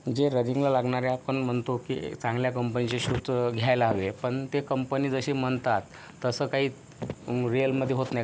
जे रानिंगला लागणारे आपण म्हणतो की चांगल्या कंपनीचे शूच घ्यायला हवे पण ते कंपनी जसं म्हणतात तसं काही रिअलमध्ये होत नाही